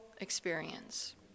experience